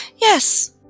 Yes